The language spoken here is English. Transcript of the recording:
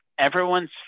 Everyone's